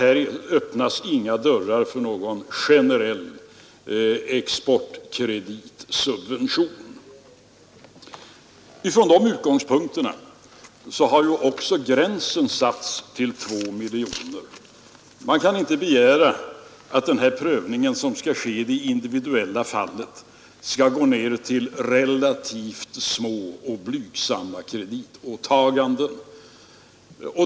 Här öppnas inga dörrar för någon generell exportkreditsubvention. Från dessa utgångspunkter har ju också gränsen satts vid 2 miljoner kronor. Man kan inte begära att denna prövning, som skall ske i det individuella fallet, skall omfatta relativt små och blygsamma kreditåtaganden.